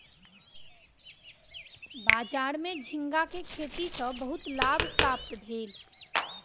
बजार में झींगा के खेती सॅ बहुत लाभ प्राप्त भेल